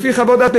לפי חוות דעת,